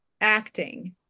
acting